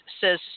says